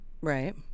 Right